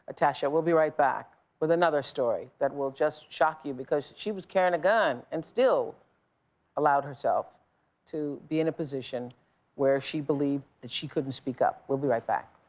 ah tascha. we'll be right back with another story that will just shock you because she was carrying a gun and still allowed herself to be in a position where she believed that she couldn't speak up. we'll be right back.